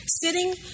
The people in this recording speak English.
sitting